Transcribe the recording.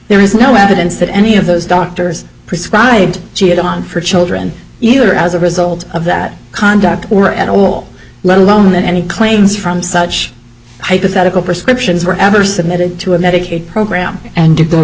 there is no evidence that any of those doctors prescribed she had on her children either as a result of that conduct or at all let alone any claims from such hypothetical prescriptions were ever submitted to a medicaid program and